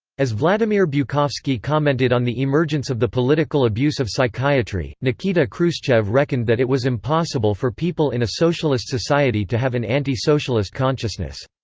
as vladimir bukovsky commented on the emergence of the political abuse of psychiatry, nikita khrushchev reckoned that it was impossible for people in a socialist society to have an anti-socialist consciousness.